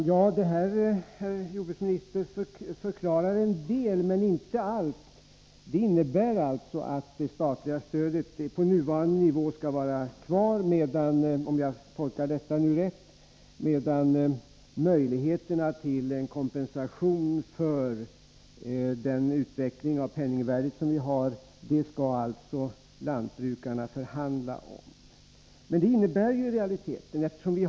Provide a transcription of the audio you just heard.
Herr talman! Vad jordbruksministern senast sade förklarar en del men inte allt. Det nuvarande statliga stödet skall alltså vara kvar, medan — om jag nu tolkade saken rätt — lantbrukarna med anledning av utvecklingen av penningvärdet skall förhandla om möjligheterna till kompensation.